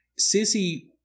Sissy